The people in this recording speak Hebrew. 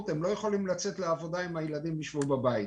יכולים לצאת לעבודה אם הילדים יישארו בבית.